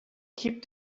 keep